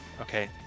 Okay